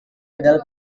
adalah